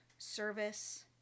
service